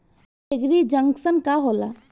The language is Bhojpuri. एगरी जंकशन का होला?